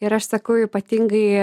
ir aš sakau ypatingai